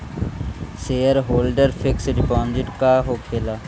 Shareholder fix deposit का होखे ला?